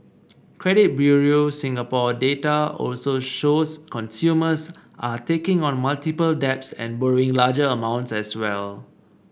credit Bureau Singapore data also shows consumers are taking on multiple debts and borrowing larger amounts as well